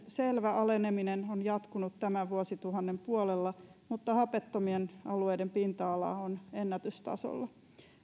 selvä aleneminen on jatkunut tämän vuosituhannen puolella mutta hapettomien alueiden pinta ala on ennätystasolla